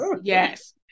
Yes